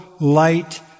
light